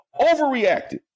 overreacted